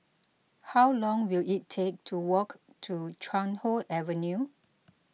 how long will it take to walk to Chuan Hoe Avenue